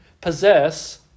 possess